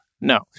No